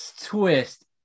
twist